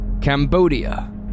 Cambodia